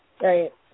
Right